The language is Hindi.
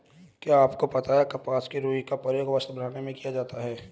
क्या आपको पता है कपास की रूई का प्रयोग वस्त्र बनाने में किया जाता है?